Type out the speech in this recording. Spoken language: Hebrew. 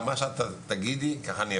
אני אפעל לפי מה שתגידי כדי שלא